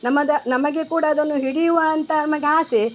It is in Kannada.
ನಮ್ಮದು ನಮಗೆ ಕೂಡ ಅದನ್ನು ಹಿಡಿಯುವ ಅಂತ ನಮಗಾಸೆ